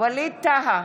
ווליד טאהא,